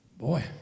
Boy